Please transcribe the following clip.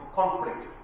conflict